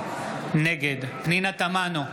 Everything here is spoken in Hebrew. נגד פנינה תמנו,